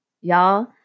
y'all